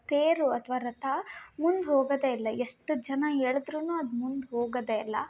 ತೇರು ಅಥವಾ ರಥ ಮುಂದೆ ಹೋಗೋದೇ ಇಲ್ಲ ಎಷ್ಟು ಜನ ಎಳೆದ್ರು ಅದು ಮುಂದೆ ಹೋಗೋದೇ ಇಲ್ಲಾ